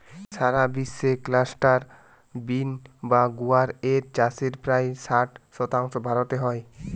সারা বিশ্বে cluster bean বা গুয়ার এর চাষের প্রায় ষাট শতাংশ ভারতে হয়